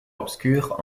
obscure